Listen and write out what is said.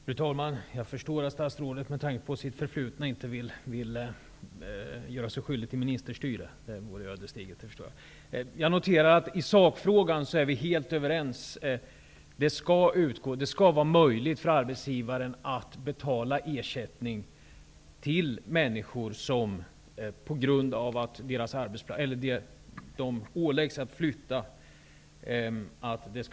Fru talman! Jag förstår att statsrådet med tanke på sitt förflutna inte vill göra sig skyldig till ministerstyre. Det vore ödesdigert. Jag noterar att vi är helt överens i sakfrågan. Det skall vara möjligt för arbetsgivaren att betala ersättning till anställda som åläggs att flytta.